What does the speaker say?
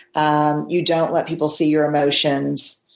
and you don't let people see your emotions,